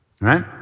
right